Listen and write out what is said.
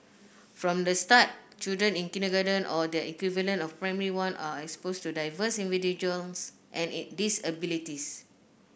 from the start children in kindergarten or their equivalent of Primary One are exposed to diverse individuals and disabilities